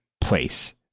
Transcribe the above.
place